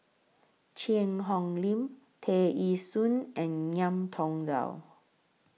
Cheang Hong Lim Tear Ee Soon and Ngiam Tong Dow